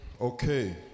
Okay